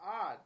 odd